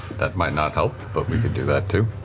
that might not help, but we could do that, too.